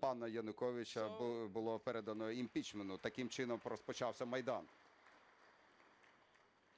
пана Януковича було передано імпічменту, таким чином розпочався Майдан.